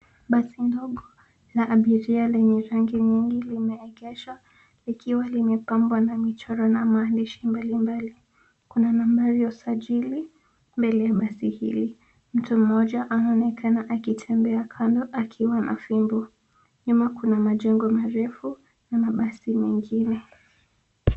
Baso ndogo la abiria lenye rangi nyingi limeegeshwa likiwa limepambwa na michoro na maandishi mbalimbali. Kuna nambari ya usajili mbele ya basi hili. Mtu mmoja anaonekana akitembea kando akiwa na fimbo. Nyuma kuna majengo marefu na mabasi mengine.